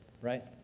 Right